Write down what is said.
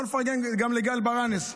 בוא נפרגן גם לגל ברנס.